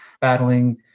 battling